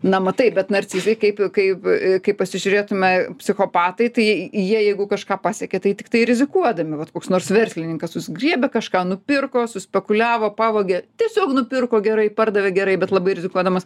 na matai bet narcizai kaip kaip kaip pasižiūrėtume psichopatai tai jie jeigu kažką pasiekė tai tiktai rizikuodami vat koks nors verslininkas susigriebia kažką nupirko spekuliavo pavogė tiesiog nupirko gerai pardavė gerai bet labai rizikuodamas